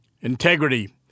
integrity